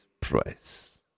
price